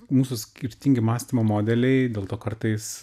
mūsų skirtingi mąstymo modeliai dėl to kartais